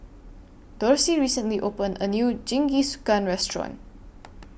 Dorsey recently opened A New Jingisukan Restaurant